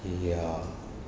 ya